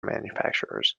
manufacturers